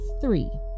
three